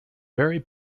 very